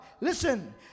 Listen